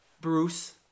Bruce